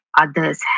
others